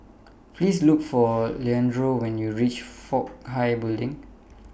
Please Look For Leandro when YOU REACH Fook Hai Building